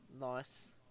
Nice